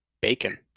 Bacon